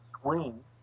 swing